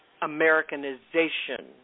Americanization